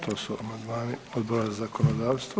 To su amandmani Odbora za zakonodavstvo.